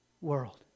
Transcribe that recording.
world